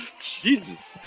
Jesus